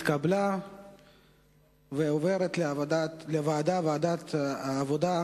התקבלה ועוברת לוועדת העבודה,